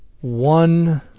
One